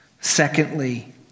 Secondly